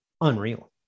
Unreal